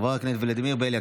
חבר הכנסת ולדימיר בליאק,